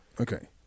Okay